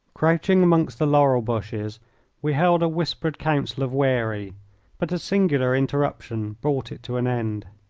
crouching among the laurel bushes we held a whispered council of wary but a singular interruption brought it to an end.